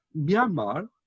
Myanmar